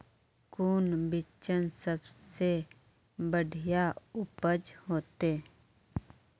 कौन बिचन सबसे बढ़िया उपज होते?